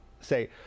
say